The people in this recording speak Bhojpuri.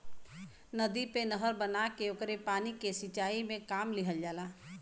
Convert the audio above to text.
नदी पे नहर बना के ओकरे पानी के सिंचाई में काम लिहल जाला